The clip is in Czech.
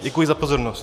Děkuji za pozornost.